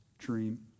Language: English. dream